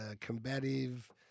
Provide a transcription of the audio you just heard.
combative